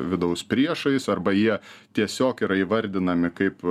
vidaus priešais arba jie tiesiog yra įvardinami kaip